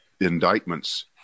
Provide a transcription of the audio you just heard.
indictments